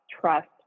trust